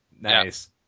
nice